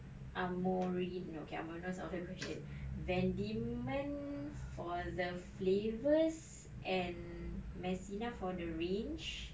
amorino K amorino is off the question van diemen's for the flavours and messina for the range